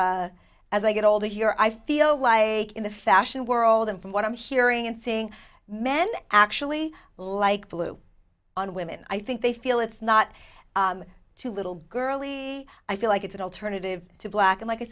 as i get older you're i feel like in the fashion world i'm from what i'm hearing and seeing men actually like glue on women i think they feel it's not too little girly i feel like it's an alternative to black like i